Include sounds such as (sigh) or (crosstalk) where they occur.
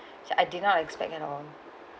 (breath) so I did not expect at all